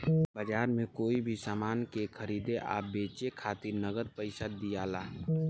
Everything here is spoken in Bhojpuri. बाजार में कोई भी सामान के खरीदे आ बेचे खातिर नगद पइसा दियाला